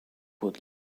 would